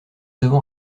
avons